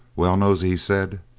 well, nosey, he said,